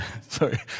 Sorry